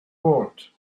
world